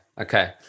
okay